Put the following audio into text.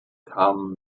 kamen